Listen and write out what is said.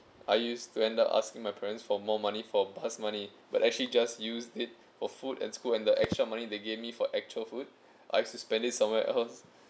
I used to end up asking my parents for more money for bus money but actually just use it for food and school and the extra money they gave me for actual food I used to spend it somewhere else